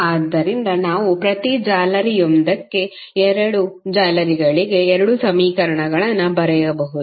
ಆದ್ದರಿಂದ ನಾವು ಪ್ರತಿ ಜಾಲರಿಯೊಂದಕ್ಕೆ ಎರಡು ಜಾಲರಿಗಳಿಗೆ ಎರಡು ಸಮೀಕರಣಗಳನ್ನು ಬರೆಯಬಹುದು